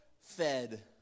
fed